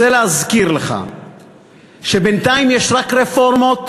רוצה להזכיר לך שבינתיים יש רק רפורמות,